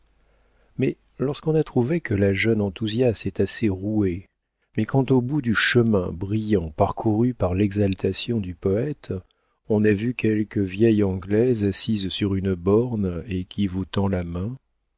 mais lorsqu'on a trouvé que la jeune enthousiaste est assez rouée mais quand au bout du chemin brillant parcouru par l'exaltation du poëte on a vu quelque vieille anglaise assise sur une borne et qui vous tend la main